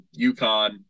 UConn